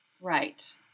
Right